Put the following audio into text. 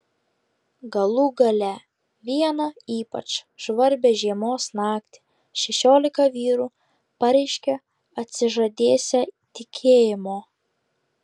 galų gale vieną ypač žvarbią žiemos naktį šešiolika vyrų pareiškė atsižadėsią tikėjimo